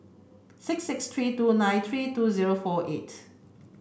six six three two nine three two zero four eight